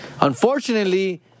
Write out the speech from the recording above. unfortunately